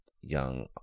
young